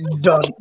done